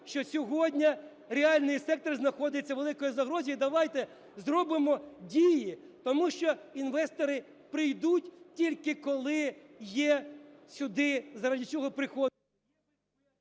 що сьогодні реальний сектор знаходиться у великій загрозі, і давайте зробимо дії. Тому що інвестори прийдуть, тільки коли сюди є заради чого приходити…